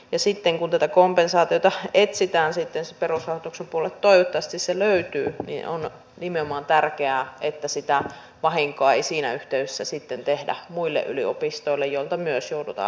ja sitten kun tätä kompensaatiota etsitään perusrahoituksen puolelle toivottavasti se löytyy niin on nimenomaan tärkeää että sitä vahinkoa ei siinä yhteydessä sitten tehdä muille yliopistoille joilta myös joudutaan leikkaamaan